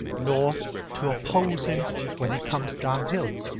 nor to oppose him when he comes downhill.